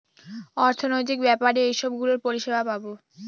অর্থনৈতিক ব্যাপারে এইসব গুলোর পরিষেবা পাবো